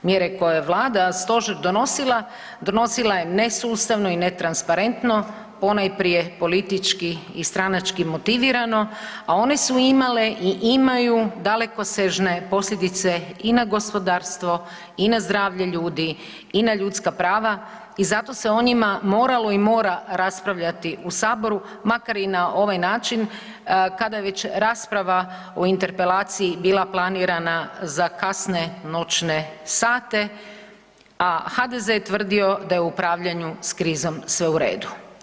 Mjere koje je vlada i stožer donosila, donosila je nesustavno i netransparentno, ponajprije politički i stranački motivirano, a one su imale i imaju dalekosežne posljedice i na gospodarstvo i na zdravlje ljudi i na ljudska prava i zato se o njima moralo i mora raspravljati u saboru, makar i na ovaj način kada je već rasprava o interpelaciji bila planirana za kasne noćne sate, a HDZ je tvrdio da je upravljanju s krizom sve u redu.